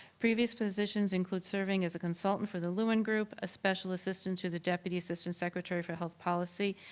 previous positions include serving as a consultant for the lumen group, a special assistant to the deputy assistant secretary for health policy,